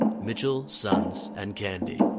mitchell, sons and candy.